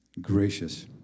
gracious